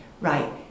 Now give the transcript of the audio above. right